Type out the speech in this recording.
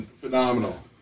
phenomenal